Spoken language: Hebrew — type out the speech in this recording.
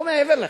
לא מעבר לכך.